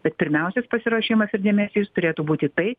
bet pirmiausias pasiruošimas ir dėmesys turėtų būti tai